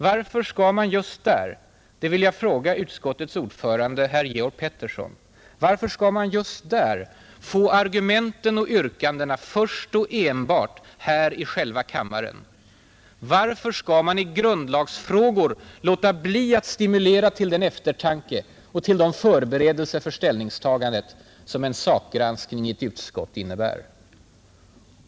Varför skall man just där — det vill jag fråga utskottets ordförande herr Georg Pettersson — få argumenten och yrkandena först och enbart här i själva kammaren? Varför skall man i grundlagsfrågor låta bli att stimulera till den eftertanke och till de förberedelser för ställningstagandet som en sakgranskning i ett utskott innebär?